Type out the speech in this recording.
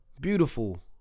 Beautiful